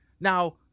now